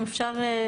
אם אפשר,